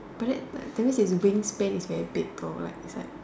but then like that means it's wingspan is very big though right it's like